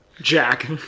Jack